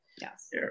Yes